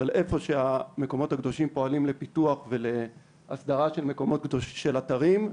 אבל איפה שהמקומות הקדושים פועלים לפיתוח והסדרה של מקומות של אתרים,